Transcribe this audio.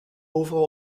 overal